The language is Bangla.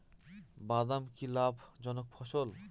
বাদাম কি লাভ জনক ফসল?